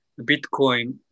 Bitcoin